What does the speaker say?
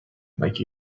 like